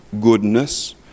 goodness